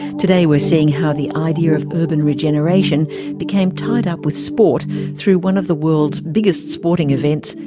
today, we're seeing how the idea of urban regeneration became tied up with sport through one of the world's biggest sporting events,